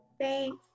Thanks